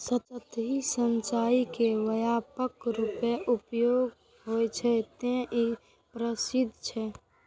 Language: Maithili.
सतही सिंचाइ के व्यापक रूपें उपयोग होइ छै, तें ई प्रसिद्ध छै